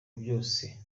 byose